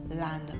land